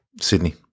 Sydney